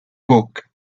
book